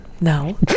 No